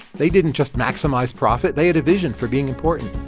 they didn't just maximize profit. they had a vision for being important.